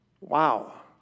Wow